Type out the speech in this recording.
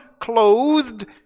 clothed